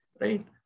right